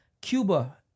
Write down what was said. Cuba